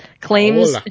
Claims